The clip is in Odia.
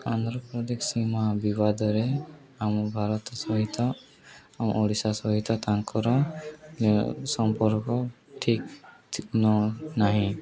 ଆନ୍ଧ୍ରପ୍ରଦେଶ ସୀମା ବିବାଦରେ ଆମ ଭାରତ ସହିତ ଆମ ଓଡ଼ିଶା ସହିତ ତାଙ୍କର ସମ୍ପର୍କ ଠିକ୍ ନାହିଁ